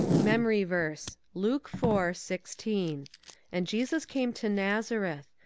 memory verse, luke four sixteen and jesus came to nazareth.